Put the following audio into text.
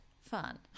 fun